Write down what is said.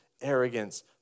arrogance